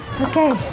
Okay